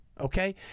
Okay